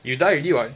you die already [what]